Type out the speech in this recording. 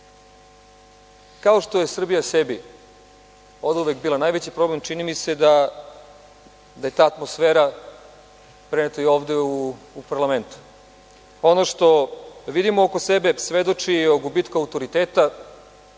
što je Srbija sebi oduvek bila najveći problem, čini mi se da je ta atmosfera preneta i ovde u parlament. Ono što vidimo oko sebe svedoči o gubitku autoriteta